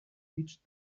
reached